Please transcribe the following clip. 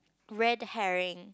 red herring